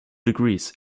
degrees